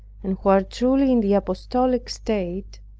and who are truly in the apostolic state,